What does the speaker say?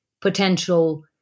potential